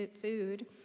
food